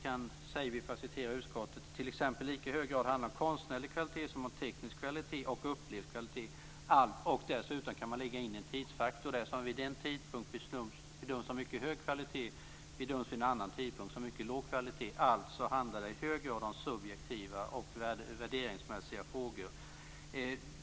Vi säger: "Det kan t.ex. i lika hög grad handla om konstnärlig kvalitet som om teknisk kvalitet och upplevd kvalitet." Dessutom kan man lägga in en tidsfaktor, så att det som vid en tidpunkt bedöms som mycket hög kvalitet sedan vid en annan tidpunkt bedöms som mycket låg kvalitet. Alltså handlar det i hög grad om subjektiva och värderingsmässiga frågor.